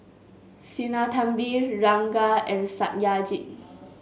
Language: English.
Sinnathamby Ranga and Satyajit